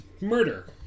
murder